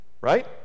Right